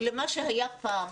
למה שהיה פעם.